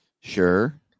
Sure